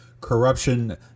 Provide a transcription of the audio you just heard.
corruption